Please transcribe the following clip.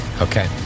Okay